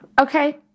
Okay